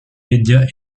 médias